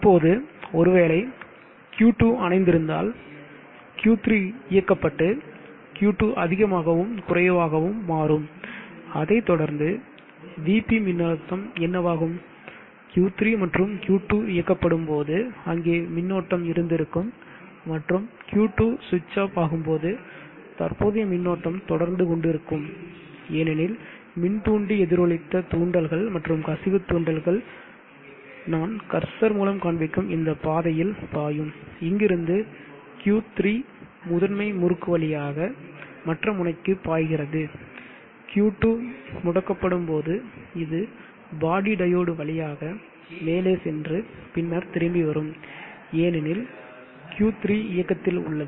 இப்போது ஒருவேளை Q2 அணைந்த்திருந்தால் Q3 இயக்கப்பட்டு Q2 அதிகமாகவும் குறைவாகவும் மாறும் அதைத்தொடர்ந்து Vp மின்னழுத்தம் என்னவாகும் Q3 மற்றும் Q2 இயக்கப்படும்போது அங்கே மின்னோட்டம் இருந்திருக்கும் மற்றும் Q2 சுவிட்ச் ஆப் ஆகும்போது தற்போதைய மின்னோட்டம் தொடர்ந்து கொண்டிருக்கும் ஏனெனில் மின்தூண்டி எதிரொலித்த தூண்டல்கள் மற்றும் கசிவு தூண்டல்கள் நான் கர்சர் மூலம் காண்பிக்கும் இந்த பாதையில் பாயும் இங்கிருந்து Q 3 முதன்மை முறுக்கு வழியாக மற்ற முனைக்கு பாய்கிறது Q2 முடக்கப்படும் போது இது பாடி டையோடு வழியாக மேலே சென்று பின்னர் திரும்பி வரும் ஏனெனில் Q3 இயக்கத்தில் உள்ளது